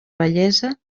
vellesa